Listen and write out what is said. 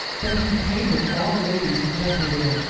but he hateth all ladies and gentlewomen,